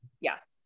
Yes